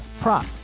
prop